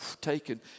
taken